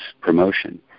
promotion